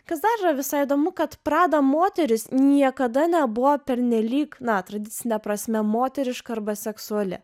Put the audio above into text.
kas dar visai įdomu kad prada moteris niekada nebuvo pernelyg na tradicine prasme moteriška arba seksuali